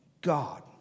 God